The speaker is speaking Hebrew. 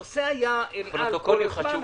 הנושא היה אל על כל הזמן,